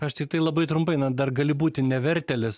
aš tiktai labai trumpai na dar gali būti nevertėlis